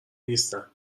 نیستن